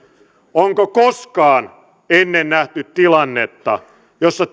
onko koskaan ennen nähty tilannetta jossa